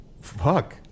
fuck